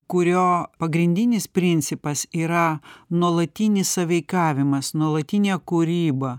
kurio pagrindinis principas yra nuolatinis sąveikavimas nuolatinė kūryba